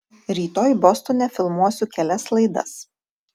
rytoj bostone filmuosiu kelias laidas